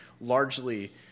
largely